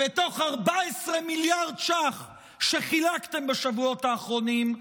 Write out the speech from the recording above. בתוך 14 מיליארד ש"ח שחילקתם בשבועות האחרונים,